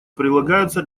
прилагаются